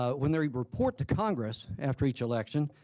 ah when they report to congress after each election,